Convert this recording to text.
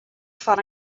foar